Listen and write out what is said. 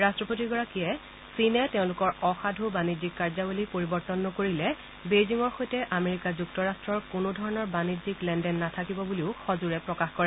ৰাষ্ট্ৰপতিগৰাকীয়ে চীনে তেওঁলোকৰ অসাধু বাণিজ্যিক কাৰ্যাৱলী পৰিৱৰ্তন নকৰিলে বেইজিঙৰ সৈতে আমেৰিকা যুক্তৰাট্টৰ কোনোধৰণৰ বাণিজ্যিক লেনদন নাথাকিব বুলিও সজোৰে প্ৰকাশ কৰিছে